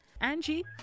Angie